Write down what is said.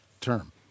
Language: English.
term